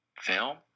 film